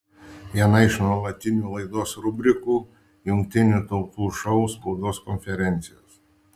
viena iš nuolatinių laidos rubrikų jungtinių tautų šou spaudos konferencijos